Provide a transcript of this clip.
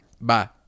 Bye